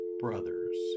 brothers